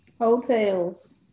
Hotels